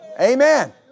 Amen